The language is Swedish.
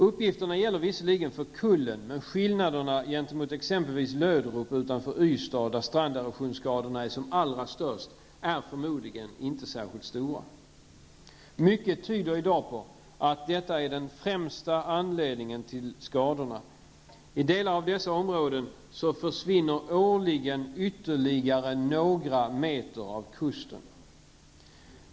Uppgifterna gäller visserligen för Kullen, men skillnaderna gentemot exempelvis Löderup utanför Ystad, där stranderosionsskadorna är som allra störst, är förmodligen inte särskilt stora. Mycket tyder på att detta i dag är den främsta anledningen till skadorna. I delar av dessa områden försvinner årligen ytterligare några meter av kusten.